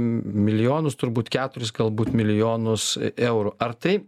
milijonus turbūt keturis galbūt milijonus eurų ar tai